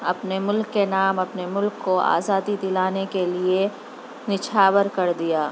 اپنے ملک کے نام اپنے ملک کو آزادی دلانے کے لیے نچھاور کردیا